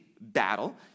battle